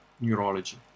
neurology